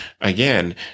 again